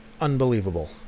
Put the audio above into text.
unbelievable